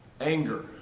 Anger